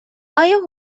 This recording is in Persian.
آیا